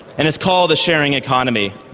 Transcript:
and it's called the sharing economy.